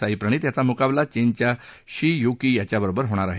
साई प्रणित याचा म्काबला चीनच्या शी य्की यांच्याबरोबर होणार आहे